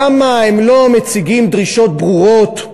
למה הם לא מציגים דרישות ברורות?